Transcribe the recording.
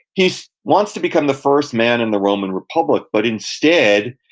he wants to become the first man in the roman republic, but instead,